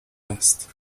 است